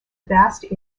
vast